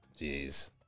Jeez